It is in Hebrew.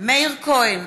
מאיר כהן,